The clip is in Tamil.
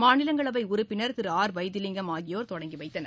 மாநிலங்களவை உறுப்பினர் திரு ஆர் வைத்திலிங்கம் ஆகியோர் தொடங்கிவைத்தனர்